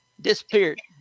disappeared